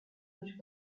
which